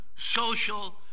social